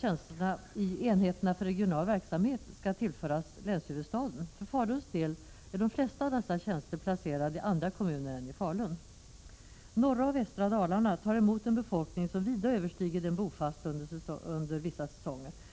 tjänsterna i enheterna för regional verksamhet schablonmässigt tillförs residensstaden i länet. För Faluns del är de flesta av dessa tjänster placerade i andra kommuner än Falun. Norra och västra Dalarna tar emot en befolkning som vida överstiger den bofasta befolkningen under vissa säsonger.